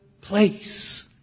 place